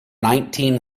nineteen